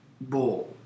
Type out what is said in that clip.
bull